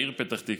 בעיר פתח תקווה.